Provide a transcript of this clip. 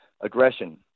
aggression